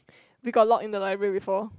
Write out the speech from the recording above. we got lock in the library before